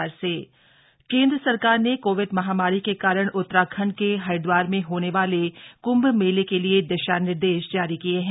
कभ guidelines केंद्र सरकार ने कोविड महामारी के कारण उत्तराखंड के हरिद्वार में होने वाले कुंभ मेले के लिए दिशा निर्देश जारी किए हैं